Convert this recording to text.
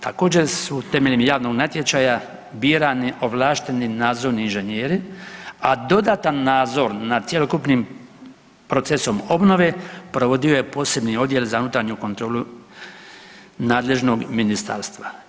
Također su temeljem javnog natječaja birani ovlašteni nadzorni inženjeri, a dodatan nadzor nad cjelokupnim procesom obnove provodio je poseban odjel za unutarnju kontrolu nadležnog ministarstva.